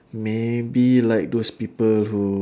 maybe like those people who